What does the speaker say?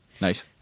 Nice